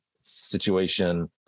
situation